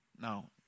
no